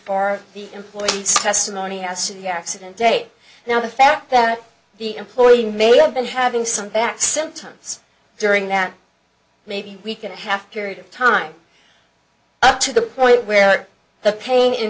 for the employees testimony as to the accident date now the fact that the employee may have been having some back symptoms during that maybe we could have carried a time up to the point where the pain in